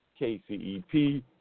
KCEP